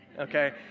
okay